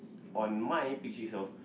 on my